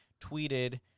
tweeted